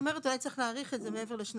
זאת אומרת, אולי צריך להאריך את זה מעבר לשנתיים.